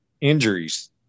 injuries